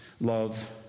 love